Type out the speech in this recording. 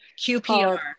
QPR